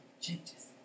changes